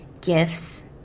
gifts